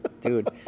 dude